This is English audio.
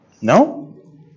No